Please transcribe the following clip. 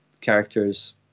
characters